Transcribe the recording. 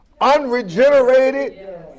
unregenerated